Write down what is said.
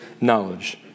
knowledge